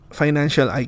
financial